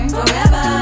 Forever